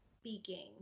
speaking